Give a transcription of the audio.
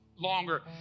longer